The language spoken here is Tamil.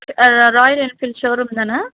ராயல் என்ஃபீல்ட் ஷோரூம் தானே